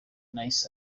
nic